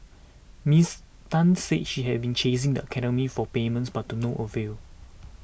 Miss Tan said she had been chasing the academy for payments but to no avail